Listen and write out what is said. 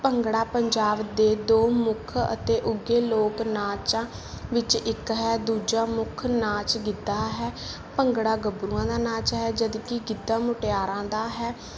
ਭੰਗੜਾ ਪੰਜਾਬ ਦੇ ਦੋ ਮੁੱਖ ਅਤੇ ਉੱਘੇ ਲੋਕ ਨਾਚਾਂ ਵਿੱਚੋਂ ਇੱਕ ਹੈ ਦੂਜਾ ਮੁੱਖ ਨਾਚ ਗਿੱਧਾ ਹੈ ਭੰਗੜਾ ਗੱਭਰੂਆਂ ਦਾ ਨਾਚ ਹੈ ਜਦਕਿ ਗਿੱਧਾ ਮੁਟਿਆਰਾਂ ਦਾ ਹੈ